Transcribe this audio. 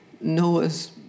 Noah's